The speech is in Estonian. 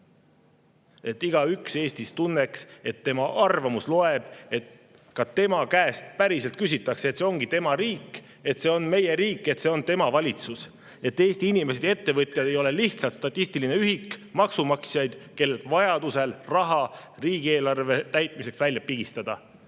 Et igaüks Eestis tunneks, et tema arvamus loeb; et ka tema käest päriselt küsitakse; et see ongi tema riik; et see on meie riik; et see on tema valitsus; et Eesti inimesed ja ettevõtjad ei ole lihtsalt statistiline ühik maksumaksjaid, kellelt vajadusel riigieelarve täitmiseks raha välja pigistada. Palun